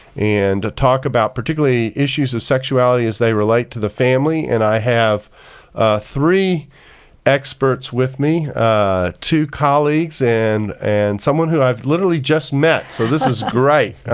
and talk about particularly issues of sexuality as they relate to the family. and i have three experts with me two colleagues and and someone who i've literally just met, so this is great.